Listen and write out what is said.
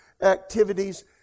activities